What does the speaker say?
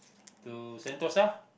to Sentosa